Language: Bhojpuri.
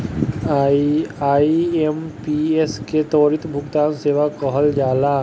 आई.एम.पी.एस के त्वरित भुगतान सेवा कहल जाला